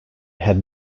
had